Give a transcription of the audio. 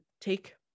take